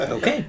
Okay